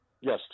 Yes